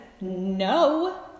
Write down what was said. no